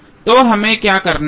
तो हमें क्या करना है